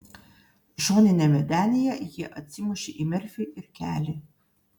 šoniniame denyje jie atsimušė į merfį ir kelį